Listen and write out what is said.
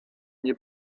nie